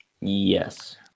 Yes